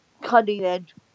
cutting-edge